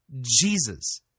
Jesus